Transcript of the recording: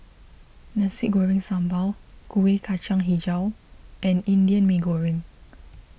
Nasi Goreng Sambal Kueh Kacang HiJau and Indian Mee Goreng